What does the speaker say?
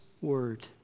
word